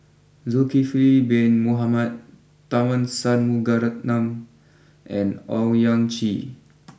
Zulkifli Bin Mohamed Tharman Shanmugaratnam and Owyang Chi